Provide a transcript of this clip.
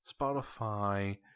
Spotify